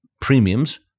premiums